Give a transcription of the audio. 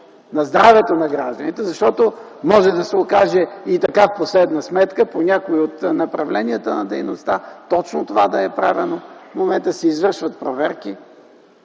на здравето на гражданите, защото може да се окаже и така в последна сметка – по някои от направленията на дейността точно това да е правено. В момента се извършват проверки.